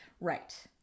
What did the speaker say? Right